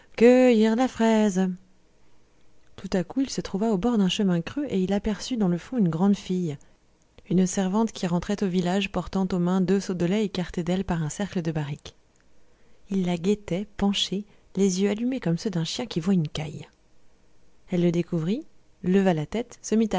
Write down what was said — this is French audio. la fraise tout à coup il se trouva au bord d'un chemin creux et il aperçut dans le fond une grande fille une servante qui rentrait au village portant aux mains deux seaux de lait écartés d'elle par un cercle de barrique il la guettait penché les yeux allumés comme ceux d'un chien qui voit une caille elle le découvrit leva la tête